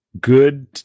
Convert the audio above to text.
good